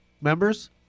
members